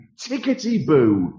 tickety-boo